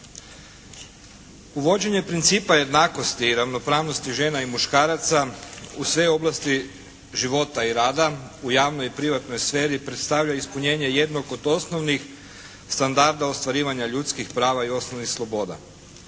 Uvođenje principa jednakosti i ravnopravnosti žena i muškaraca u sve oblasti života i rada, u javnoj i privatnoj sferi predstavlja ispunjenje jednog od osnovnih standarda ostvarivanja ljudskih prava i osnovnih sloboda.